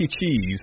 Cheese